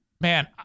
Man